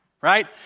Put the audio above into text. right